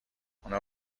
اونا